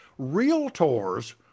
Realtors